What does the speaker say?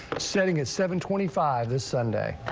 setting at seven twenty five this sunday.